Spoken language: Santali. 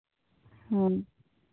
ᱦᱮᱸ